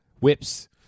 whips